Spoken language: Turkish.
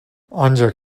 ancak